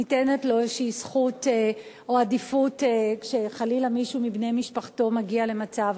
ניתנת לו איזו זכות או עדיפות כשחלילה מישהו מבני משפחתו מגיע למצב